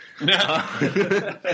No